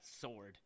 sword